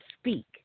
speak